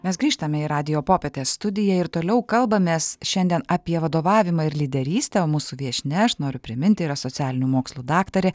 mes grįžtame į radijo popietės studiją ir toliau kalbamės šiandien apie vadovavimą ir lyderystę o mūsų viešnia aš noriu priminti yra socialinių mokslų daktarė